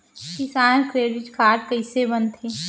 किसान credit card कइसे बनथे?